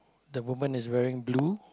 the woman is wearing blue